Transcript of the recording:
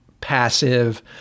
passive